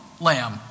lamb